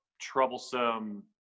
troublesome